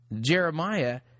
Jeremiah